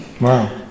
Wow